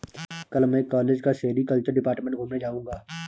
कल मैं कॉलेज का सेरीकल्चर डिपार्टमेंट घूमने जाऊंगा